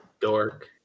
dork